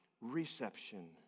reception